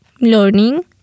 learning